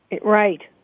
Right